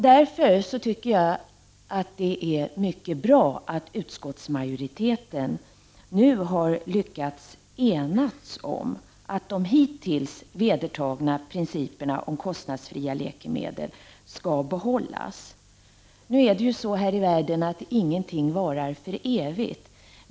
Därför tycker jag att det är mycket bra att utskottsmajoriteten nu har lyck ats bli enig om att de hittills vedertagna principerna om kostnadsfria läkemedel skall behållas. Nu är det ju så här i världen att ingenting varar för evigt.